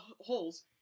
holes